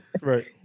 right